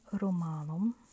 Romanum